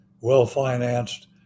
well-financed